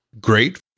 great